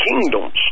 kingdoms